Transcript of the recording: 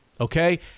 Okay